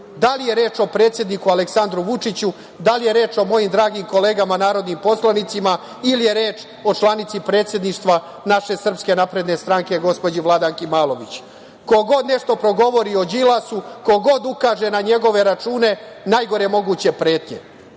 Da li je reč o predsedniku Aleksandru Vučiću, da li je reč o mojim dragim kolegama narodnim poslanicima ili je reč o članici predsedništva naše Srpske napredne stranke, gospođi Vladanki Malović. Ko god nešto progovori o Đilasu, ko god ukaže na njegove račune, najgore moguće pretnje.